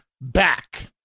back